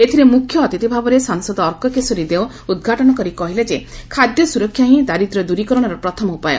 ଏଥିରେ ମୁଖ୍ୟ ଅତିଥିଭାବରେ ସାଂସଦ ଅର୍କକେଶରୀ ଦେଓ ଉଦ୍ଘାଟନ କରି କହିଥିଲେ ଯେ ଖାଦ୍ୟ ସୁରକ୍ଷା ହି ଁଦାରିଦ୍ର୍ୟ ଦୂରୀକରଣର ପ୍ରଥମ ଉପାୟ